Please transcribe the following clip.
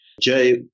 Jay